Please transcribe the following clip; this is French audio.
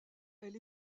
elle